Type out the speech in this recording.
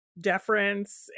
deference